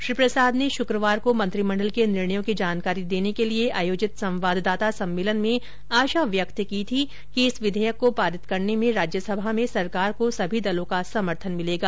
श्री प्रसाद ने शुक्रवार को मंत्रिमंडल के निर्णयों की जानकारी देने के लिए आयोजित संवाददाता सम्मेलन में आशा व्यक्त की थी कि इस विधेयक को पारित करने में राज्यसभा में सरकार को सभी दलों का समर्थन मिलेगा